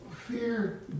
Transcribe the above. fear